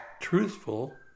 truthful